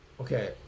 Okay